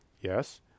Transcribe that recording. Yes